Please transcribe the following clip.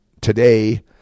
today